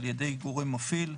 ע"י גורם מפעיל,